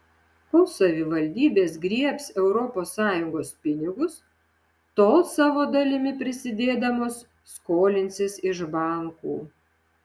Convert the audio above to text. kol savivaldybės griebs europos sąjungos pinigus tol savo dalimi prisidėdamos skolinsis iš bankų